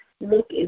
look